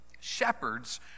shepherds